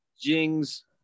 jing's